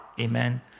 amen